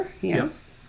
yes